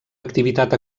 activitat